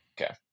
Okay